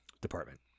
department